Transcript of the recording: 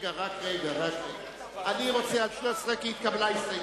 אני רוצה להצביע על 13 כי התקבלה הסתייגות.